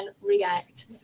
react